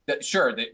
Sure